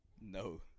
No